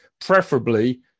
preferably